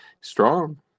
Strong